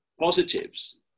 positives